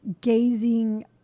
gazing